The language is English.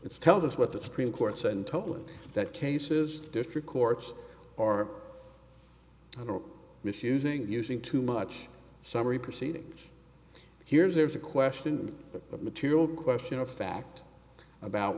it's tell us what the supreme court said and tell them that cases district courts are misusing using too much summary proceedings here there's a question of material question of fact about